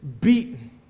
beaten